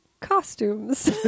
costumes